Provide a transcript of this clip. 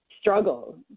struggle